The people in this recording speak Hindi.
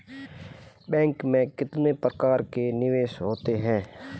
बैंक में कितने प्रकार के निवेश होते हैं?